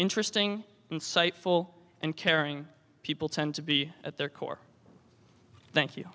interesting insightful and caring people tend to be at their core thank you